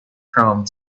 chrome